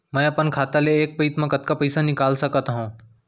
मैं अपन खाता ले एक पइत मा कतका पइसा निकाल सकत हव?